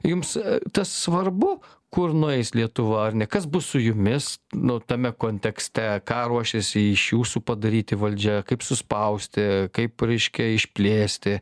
jums tas svarbu kur nueis lietuva ar ne kas bus su jumis nu tame kontekste ką ruošiasi iš jūsų padaryti valdžia kaip suspausti kaip reiškia išplėsti